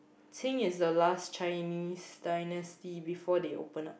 Qing is the last Chinese dynasty before they opened up